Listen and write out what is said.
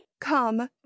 Come